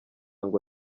ngo